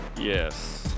Yes